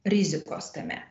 rizikos tame